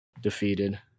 Defeated